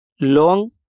long